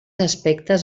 aspectes